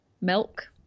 milk